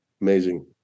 Amazing